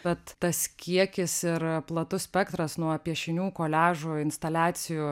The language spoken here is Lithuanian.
bet tas kiekis ir platus spektras nuo piešinių koliažų instaliacijų